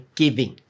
giving